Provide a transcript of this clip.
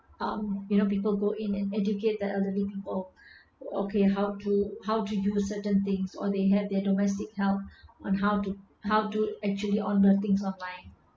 um you know people go in and educate the elderly people okay how to how to use a certain things or they had their domestic help on how to how to actually order things online